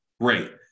Great